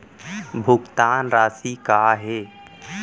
भुगतान राशि का हे?